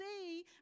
see